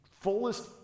fullest